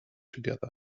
together